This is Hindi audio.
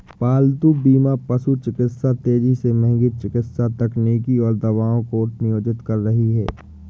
पालतू बीमा पशु चिकित्सा तेजी से महंगी चिकित्सा तकनीकों और दवाओं को नियोजित कर रही है